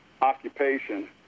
occupation